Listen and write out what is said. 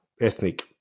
ethnic